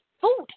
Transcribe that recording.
food